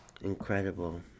Incredible